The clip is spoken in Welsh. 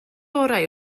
orau